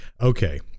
Okay